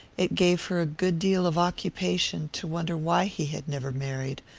it gave her a good deal of occupation to wonder why he had never married,